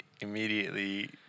immediately